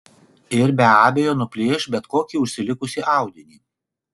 ir be abejo nuplėš bet kokį užsilikusį audinį